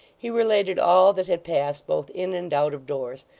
he related all that had passed both in and out of doors,